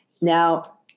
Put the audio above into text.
Now